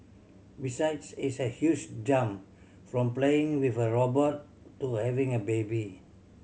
besides it's a huge jump from playing with a robot to having a baby